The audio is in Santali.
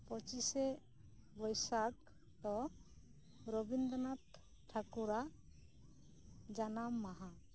ᱯᱚᱸᱪᱤᱥᱮ ᱵᱚᱭᱥᱟᱠ ᱫᱚ ᱨᱚᱵᱤᱱᱫᱨᱚᱱᱟᱛᱷ ᱴᱷᱟᱠᱩᱨᱟᱜ ᱡᱟᱱᱟᱢ ᱢᱟᱦᱟ